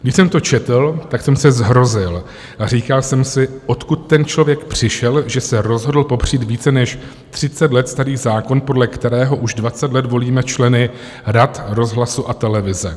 Když jsem to četl, tak jsem se zhrozil a říkal jsem si odkud ten člověk přišel, že se rozhodl popřít více než třicet let starý zákon, podle kterého už dvacet let volíme členy rad rozhlasu a televize?